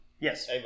Yes